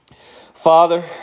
Father